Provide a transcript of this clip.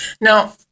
Now